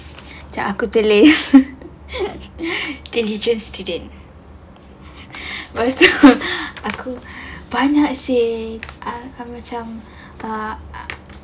macam aku tulis diligent student lepas tu aku banyak save ah kami macam uh